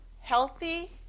healthy